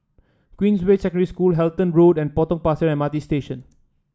Queensway Secondary School Halton Road and Potong Pasir M R T Station